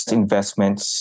investments